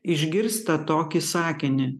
išgirsta tokį sakinį